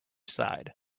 side